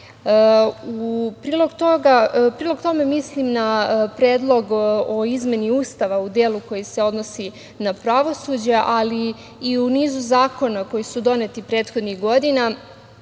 U prilog tome mislim na Predlog o izmeni Ustava u delu koji se odnosi na pravosuđe, ali i u nizu zakona koji su doneti prethodnih godina,